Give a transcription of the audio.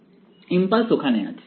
impulse ওখানে আছে